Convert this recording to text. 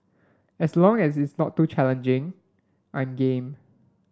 as long as it's not too challenging I'm game